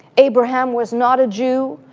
abraham was not a jew,